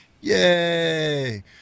Yay